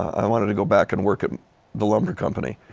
i wanted to go back and work at the lumber company.